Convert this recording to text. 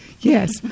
Yes